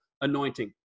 anointing